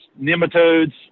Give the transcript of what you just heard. nematodes